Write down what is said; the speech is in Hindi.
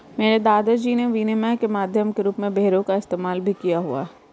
मेरे दादा जी ने विनिमय के माध्यम के रूप में भेड़ों का इस्तेमाल भी किया हुआ है